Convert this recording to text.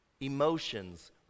emotions